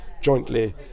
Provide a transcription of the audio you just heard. jointly